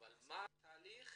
אבל מה התהליך